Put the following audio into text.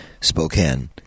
Spokane